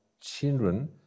children